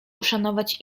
uszanować